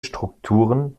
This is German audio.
strukturen